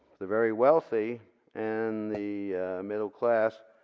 the very wealthy and the middle class.